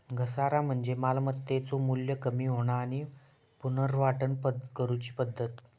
घसारा म्हणजे मालमत्तेचो मू्ल्य कमी होणा आणि पुनर्वाटप करूची पद्धत